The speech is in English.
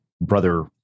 brother